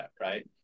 right